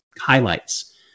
highlights